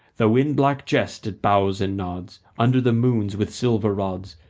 though in black jest it bows and nods under the moons with silver rods,